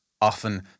often